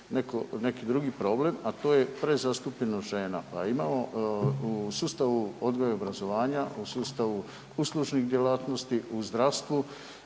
neki drugi problem, a to je prezastupljenost žena. Pa imamo u sustavu odgoja i obrazovanja u sustavu uslužnih djelatnosti, u zdravstvu,